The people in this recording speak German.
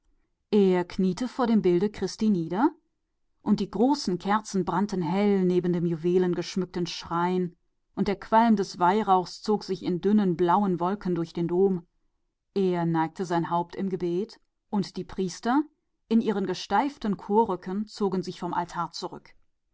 er kniete vor dem bildnis christi und die großen kerzen brannten hell neben dem juwelenbesetzten schrein und der dampf des weihrauchs wirbelte in dünnen blauen wölkchen durch die kuppel er neigte das haupt im gebet und die priester in ihren steifen chorgewändern schlichen vom altar